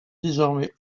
désormais